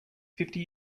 fifty